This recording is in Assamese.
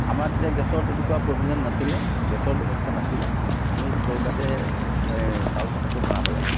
আমাৰ তেতিয়া গেছৰ তেনেকুৱা প্ৰভিজন নাছিলে গেছৰ ব্যৱস্থা নাছিলে আমি চৌকাতে চাউল প্ৰসাদটো বনাব লাগে